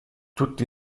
tutti